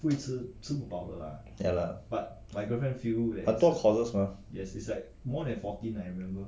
很多 courses mah